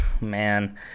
man